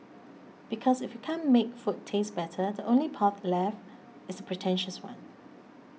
because if you can't make food taste better the only path left is pretentious one